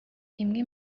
imwe